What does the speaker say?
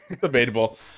debatable